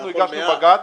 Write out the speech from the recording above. אנחנו הגשנו בג"ץ.